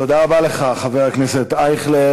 תודה רבה לך, חבר הכנסת אייכלר.